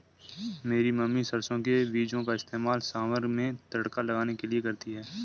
मेरी मम्मी सरसों बीजों का इस्तेमाल सांभर में तड़का लगाने के लिए करती है